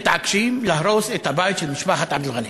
מתעקשים להרוס את הבית של משפחת עבד אל-ע'אני?